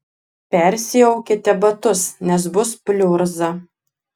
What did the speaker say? persiaukite batus nes bus pliurza